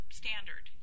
standard